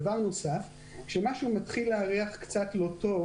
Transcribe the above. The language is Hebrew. דבר נוסף, כשמשהו מתחיל להריח קצת לא טוב